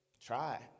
Try